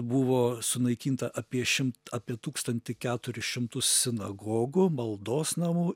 buvo sunaikinta apie šim apie tūkstantį keturis šimtus sinagogų maldos namų